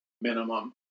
minimum